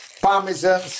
parmesan